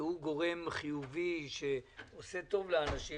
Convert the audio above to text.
שהוא גורם חיובי שעושה טוב לאנשים,